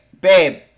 babe